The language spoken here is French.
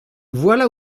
voilà